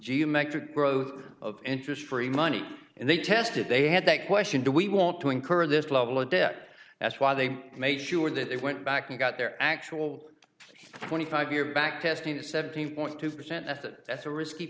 geometric growth of interest free money and they tested they had that question do we want to incur this level of debt that's why they made sure that they went back and got their actual thousand five year back testing seventeen point two percent that that's a risky